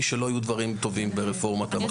שלא היו דברים טובים ברפורמת המח"ר.